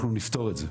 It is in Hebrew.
אנחנו נפתור את זה,